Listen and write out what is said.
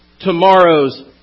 tomorrow's